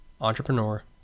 entrepreneur